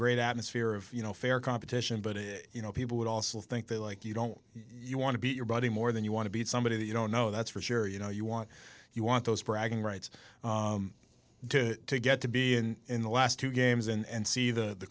great atmosphere of you know fair competition but you know people would also think they like you don't you want to be your buddy more than you want to be somebody that you don't know that's for sure you know you want you want those bragging rights to get to be in the last two games and see the